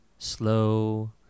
slow